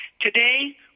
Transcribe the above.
Today